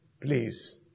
Please